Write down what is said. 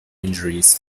injuries